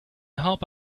hope